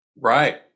Right